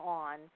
on